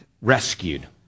rescued